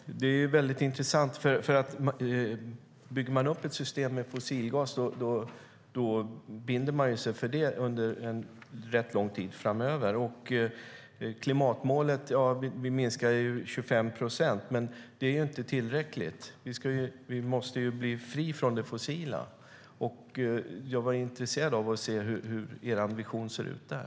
Fru talman! Det är väldigt intressant, för bygger man upp ett system med fossilgas binder man sig ju vid det under en rätt lång tid framöver. Klimatmålet är att minska 25 procent, men det är inte tillräckligt. Vi måste bli fria från det fossila. Jag var intresserad av att höra hur er vision ser ut där.